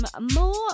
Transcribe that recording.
more